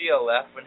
left